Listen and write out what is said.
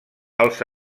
als